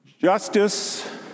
justice